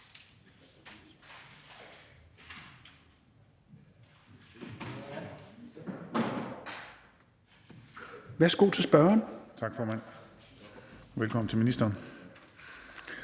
Tak, formand, og velkommen til ministeren.